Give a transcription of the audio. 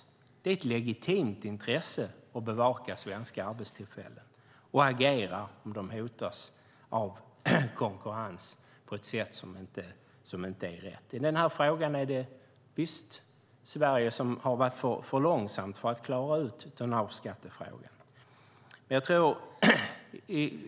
Det är ett legitimt intresse att bevaka svenska arbetstillfällen och agera om de hotas av konkurrens på ett sätt som inte är rätt. I den här frågan är det Sverige som har varit för långsamt med att klara ut tonnageskattefrågan.